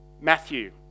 Matthew